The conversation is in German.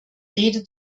rede